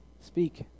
Speak